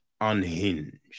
unhinged